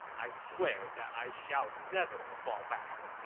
i swear that i shall never fall back!